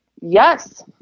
yes